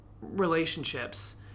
relationships